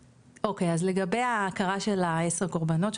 לגבי ההכרה של העשר קורבנות,